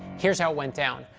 here's how it went down.